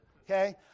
Okay